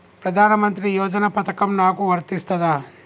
ప్రధానమంత్రి యోజన పథకం నాకు వర్తిస్తదా?